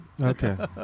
Okay